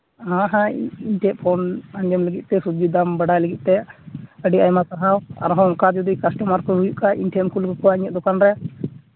ᱦᱮᱸ ᱦᱮᱸ ᱤᱧ ᱴᱷᱮᱱ ᱯᱷᱳᱱ ᱟᱸᱡᱚᱢ ᱞᱟᱹᱜᱤᱫ ᱛᱮ ᱥᱚᱵᱡᱤ ᱫᱟᱢ ᱵᱟᱲᱟᱭ ᱞᱟᱹᱜᱤᱫ ᱛᱮ ᱟᱹᱰᱤ ᱟᱭᱢᱟ ᱥᱟᱨᱦᱟᱣ ᱟᱨᱦᱚᱸ ᱚᱱᱠᱟ ᱡᱩᱫᱤ ᱠᱟᱥᱴᱚᱢᱟᱨ ᱠᱚ ᱦᱩᱭᱩᱜ ᱠᱷᱟᱱ ᱤᱧ ᱴᱷᱮᱱ ᱮᱢ ᱠᱩᱞ ᱠᱟᱠᱚᱣᱟ ᱤᱧᱟᱹᱜ ᱫᱚᱠᱟᱱ ᱨᱮ